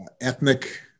ethnic